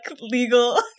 legal